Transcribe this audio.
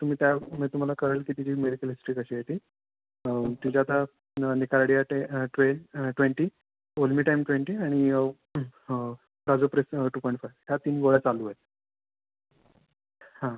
तुम्ही त्या म्हणजे तुम्हाला कळेल की तिची मेडिकल हिस्ट्री कशी आहे ती तिचे आता निकार्डिया टे ट्वेल ट्वेंटी ओल्मिटाईम ट्वेंटी आणि प्राझोप्रेस टू पॉईंट फायू ह्या तीन गोळ्या चालू आहेत हां